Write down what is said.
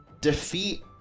defeat